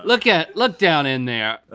look yeah look down in there.